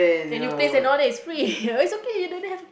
then you pays and order it's free is okay you don't have